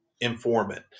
informant